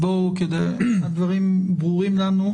הדברים ברורים לנו.